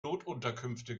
notunterkünfte